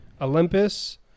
Olympus